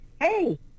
Hey